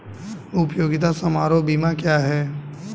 उपयोगिता समारोह बीमा क्या है?